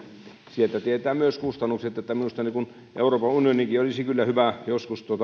sieltä myös kustannukset minusta euroopan unioninkin olisi kyllä hyvä joskus